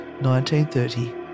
1930